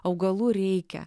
augalų reikia